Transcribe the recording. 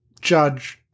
judge